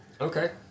Okay